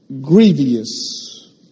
grievous